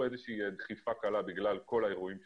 איזושהי דחיפה קלה בגלל כל האירועים שקורים.